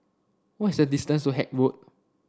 what is the distance to Haig Road